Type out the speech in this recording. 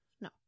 No